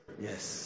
yes